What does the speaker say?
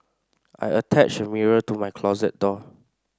I attached a mirror to my closet door